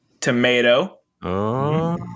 tomato